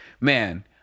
Man